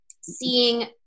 seeing